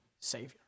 Savior